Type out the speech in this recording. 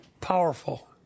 powerful